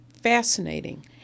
fascinating